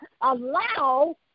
allow